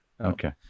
okay